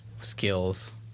skills